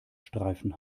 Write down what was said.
streifen